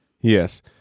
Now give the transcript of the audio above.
yes